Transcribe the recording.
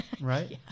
Right